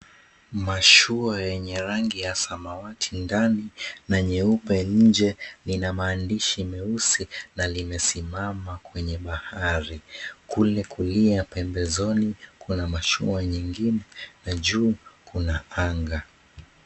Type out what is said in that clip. Mashua yenye rangi ya samawati ndani na nyeupe nje lina maandsihi meusi na limesimama kwenye bahari. Kule kulia pembezoni kuna mashua nyingine na juu kuna anga.